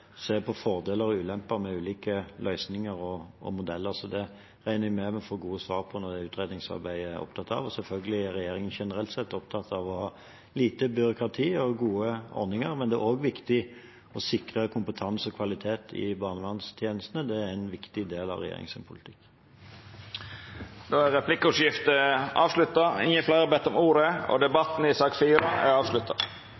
se på både fordeler og ulemper med ulike løsninger og modeller, så det regner jeg med at vi får gode svar på, og at utredningsarbeidet er opptatt av. Og selvfølgelig er regjeringen generelt sett opptatt av lite byråkrati og gode ordninger. Men det er også viktig å sikre kompetanse og kvalitet i barnevernstjenestene, det er en viktig del av regjeringens politikk. Replikkordskiftet er omme. Fleire har ikkje bedt om ordet til sak nr. 4. Etter ønske frå kontroll- og